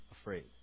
afraid